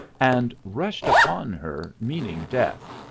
and rushed upon her, meaning death.